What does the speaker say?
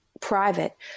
private